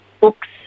Books